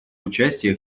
участия